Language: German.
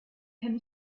kenne